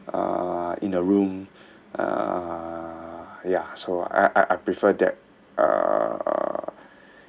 uh in a room uh ya so I I I prefer that uh